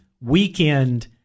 weekend